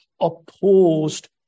opposed